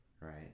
right